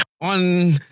on